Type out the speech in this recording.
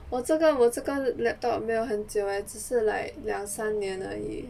我这个我这个 laptop 没有很久 leh 只是两三年而已